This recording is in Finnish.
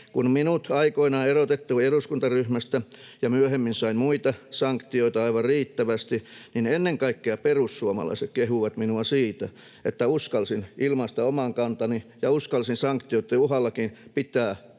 Kun minut aikoinaan erotettiin eduskuntaryhmästä ja myöhemmin sain muita sanktioita aivan riittävästi, niin ennen kaikkea perussuomalaiset kehuivat minua siitä, että uskalsin ilmaista oman kantani ja uskalsin sanktioitten uhallakin pitää kannastani